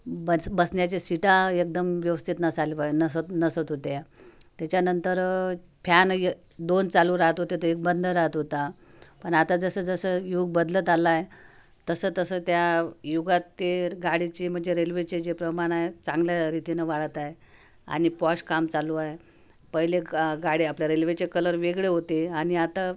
buns बसण्याच्या सिटा एकदम व्यवस्थित नसायला पाय नसत नसत होत्या त्याच्यानंतर फ्यान एक दोन चालू राहत होते तर एक बंद राहत होता पण आता जसंजसं युग बदलत आलं आहे तसंतसं त्या युगात ते गाडीची म्हणजे रेल्वेचे जे प्रमाण आहे चांगल्या रितीने वाढत आहे आणि पॉश काम चालू आहे पहिले क अ गाडी आपलं रेल्वेचे कलर वेगळे होते आणि आता